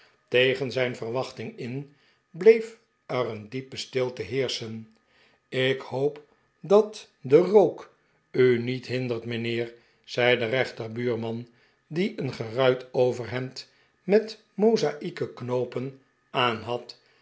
tegen zijn verwachting in bleef er een diepe stilte heerschen ik hoop dat de rook u niet hindert mijnheer zei zijn rechterbuurman die eeri geruit overhemd met moza'ieke knoopen